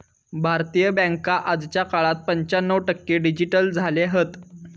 भारतीय बॅन्का आजच्या काळात पंच्याण्णव टक्के डिजिटल झाले हत